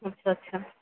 আচ্ছা আচ্ছা